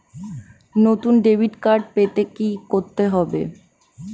নতুন debit card পেতে কী করতে হবে?